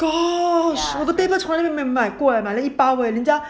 gosh 我的 paper 从来没有买过买了一包而已人家